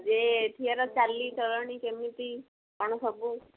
ଯେ ଏଠିକାର ଚାଲି ଚଳଣି କେମିତି କ'ଣ ସବୁ